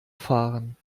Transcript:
fahren